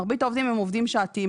מרבית העובדים הם עובדים שעתיים,